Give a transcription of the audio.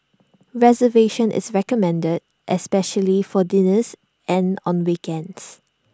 reservation is recommended especially for dinners and on weekends